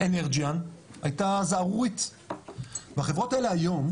אנרג'יאן הייתה זערורית והחברות האלה היום,